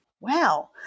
Wow